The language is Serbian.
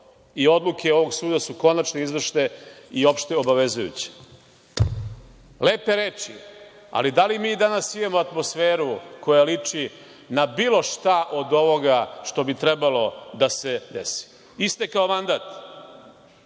I, odluke ovog suda su konačno izašle i opšte obavezujuće. Lepe reči, ali da li mi i danas imamo atmosferu koja liči na bilo šta od ovoga što bi trebalo da se desi. Istekao mandat.